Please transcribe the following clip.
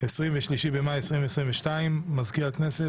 23 במאי 2022. מזכיר הכנסת,